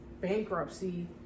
bankruptcy